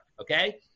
okay